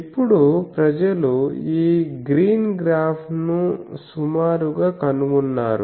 ఇప్పుడు ప్రజలు ఈ గ్రీన్ గ్రాఫ్ను సుమారు గా కనుగొన్నారు